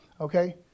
Okay